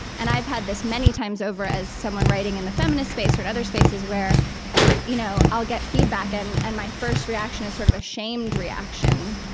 and i've had this many times over as someone writing in the feminist space or in other spaces where you know i'll get feedback, and and my first reaction is sort of a shamed reaction.